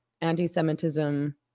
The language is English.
anti-Semitism